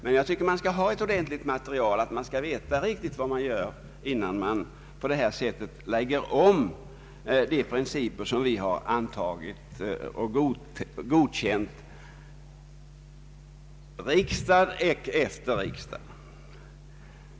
Men jag tycker att man skall ha ett ordentligt material och att man skall veta vad man gör innan man på detta sätt ändrar de principer som vi har godkänt riksdag efter riksdag.